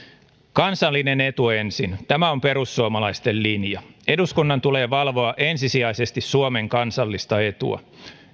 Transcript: kansallinen etu ensin tämä on perussuomalaisten linja eduskunnan tulee valvoa ensisijaisesti suomen kansallista etua